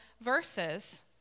verses